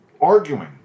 arguing